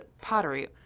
pottery